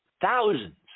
Thousands